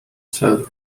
cell